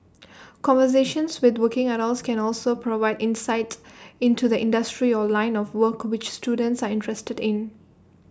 conversations with working adults can also provide insight into the industry or line of work which students are interested in